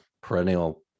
perennial